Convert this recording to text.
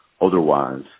otherwise